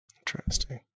Interesting